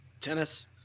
tennis